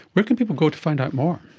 where can people go to find out more?